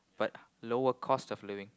but lower cost of living